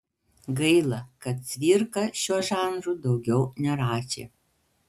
gaila kad cvirka šiuo žanru daugiau nerašė